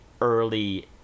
early